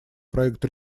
проект